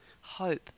hope